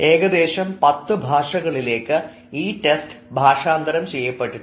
ഏകദേശം പത്ത് ഭാഷകളിലേക്ക് ഈ ടെസ്റ്റ് ഭാഷാന്തരം ചെയ്യപ്പെട്ടിട്ടുണ്ട്